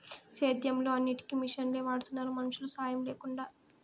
సేద్యంలో అన్నిటికీ మిషనులే వాడుతున్నారు మనుషుల సాహాయం లేకుండా